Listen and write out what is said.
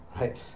right